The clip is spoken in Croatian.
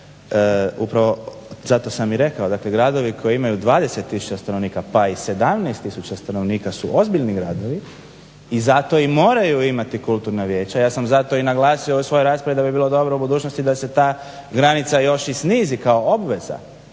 upravo zato sam i rekao, dakle gradovi koji imaju 20 tisuća stanovnika pa i 17 tisuća stanovnika su ozbiljni gradovi i zato i moraju imati kulturna vijeća. Ja sam zato i naglasio u svojoj raspravi da bi bilo dobro u budućnosti da se ta granica još i snizi kao obveza,